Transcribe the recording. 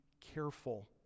careful